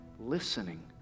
listening